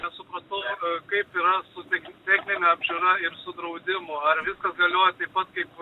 nesupratau kaip yra su technine apžiūra ir su draudimu ar viskas galioja taip pat kaip